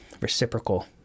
reciprocal